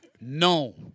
no